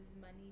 money